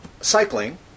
cycling